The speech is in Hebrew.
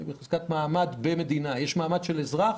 מעמד של אזרח,